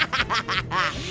ah!